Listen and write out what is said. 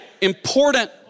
important